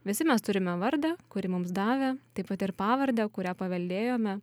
visi mes turime vardą kurį mums davė taip pat ir pavardę kurią paveldėjome